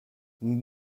nous